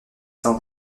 cent